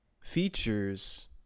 features